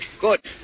Good